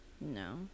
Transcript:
No